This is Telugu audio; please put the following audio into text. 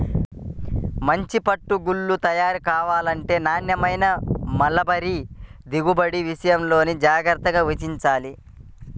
మంచి పట్టు గూళ్ళు తయారు కావాలంటే నాణ్యమైన మల్బరీ దిగుబడి విషయాల్లో జాగ్రత్త వహించాలి